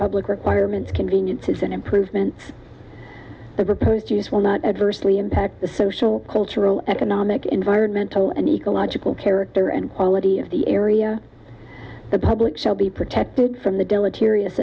public requirements conveniences an improvement the proposed use will not adversely impact the social cultural economic environmental and ecological character and quality of the area the public shall be protected from the deleterious